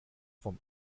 vom